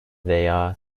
veya